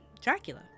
Dracula